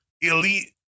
Elite